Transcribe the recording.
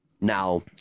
Now